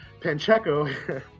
Pancheco